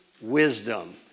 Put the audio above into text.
wisdom